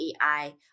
AI